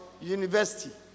University